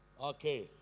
Okay